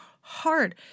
hard